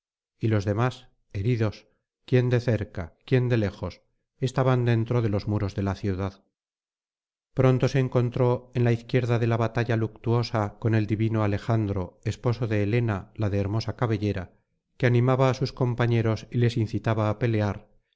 y los demás heridos quien de cerca quien de lejos estaban dentro de los muros de la ciudad pronto se encontró en la izquierda de la batalla luctuosa con el divino alejandro esposo de helena la de hermosa cabellera que animaba á sus compañeros y les incitaba á pelear